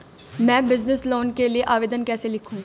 मैं business loan के लिए आवेदन कैसे लिखूँ?